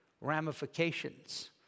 ramifications